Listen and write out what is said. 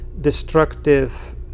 destructive